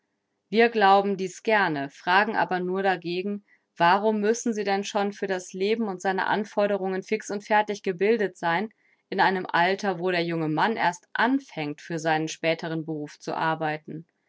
wir glauben dies gerne fragen aber nur dagegen warum müssen sie denn schon für das leben und seine anforderungen fix und fertig gebildet sein in einem alter wo der junge mann erst anfängt für seinen späteren beruf zu arbeiten